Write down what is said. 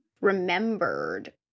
remembered